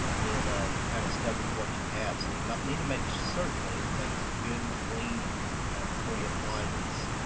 and then you're kinda kind of stuck with what you have. so you need to make certain that everything's good and clean before you apply this.